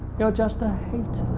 you're just a hater.